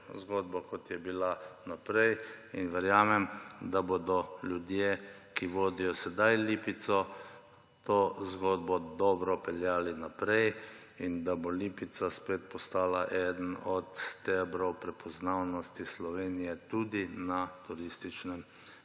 zgodbo, kot je bila prej. Verjamem, da bodo ljudje, ki vodijo sedaj Lipico, to zgodbo dobro peljali naprej in da bo Lipica spet postala eden od stebrov prepoznavnosti Slovenije tudi na turističnem